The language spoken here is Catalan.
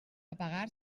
apagar